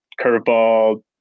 Curveball